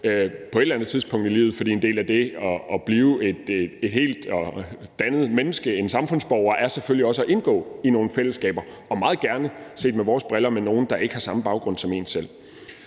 på et eller andet tidspunkt i livet, fordi det at blive et helt og dannet menneske, en samfundsborger, selvfølgelig også er at indgå i nogle fællesskaber og meget gerne, set med vores briller, med nogen, der ikke har samme baggrund som en selv.